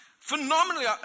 Phenomenally